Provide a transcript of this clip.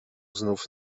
znów